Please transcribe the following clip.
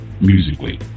musically